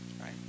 right